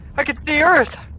i can see earth!